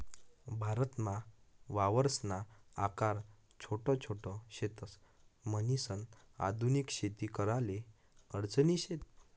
भारतमा वावरसना आकार छोटा छोट शेतस, म्हणीसन आधुनिक शेती कराले अडचणी शेत